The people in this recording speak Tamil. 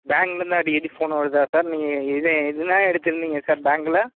பேங்க்லிர்ந்து அடிக்கடி ஃபோன் வருதா சார் நீங்கள் இதை எதுனா எடுத்திருந்தீங்க சார் பேங்கில்